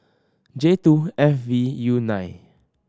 J two F V U nine